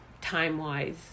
time-wise